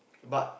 but